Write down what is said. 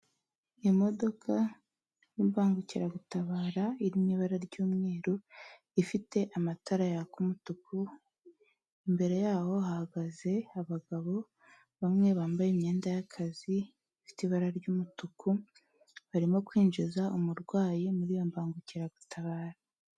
Imodoka y'imbangukiragutabara iri mu ibara ry'umweru ifite amatara yaka umutuku, imbere yaho hahagaze abagabo bamwe bambaye imyenda y'akazi ifite ibara ry'umutuku barimo kwinjiza umurwayi muri iyo mbangukiragutabara.